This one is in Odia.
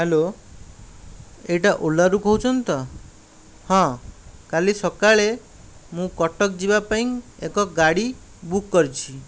ହ୍ୟାଲୋ ଏଇଟା ଓଲାରୁ କହୁଛନ୍ତି ତ ହଁ କାଲି ସକାଳେ ମୁଁ କଟକ ଯିବା ପାଇଁ ଏକ ଗାଡ଼ି ବୁକ୍ କରିଛି